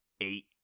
eight